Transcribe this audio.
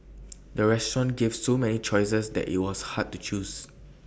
the restaurant gave so many choices that IT was hard to choose